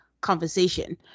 conversation